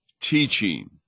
teaching